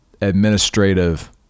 administrative